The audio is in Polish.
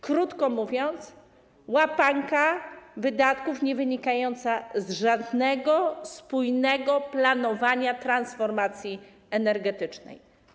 Krótko mówiąc, łapanka wydatków niewynikająca z żadnego spójnego planowania transformacji energetycznej.